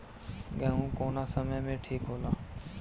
गेहू कौना समय मे ठिक होला?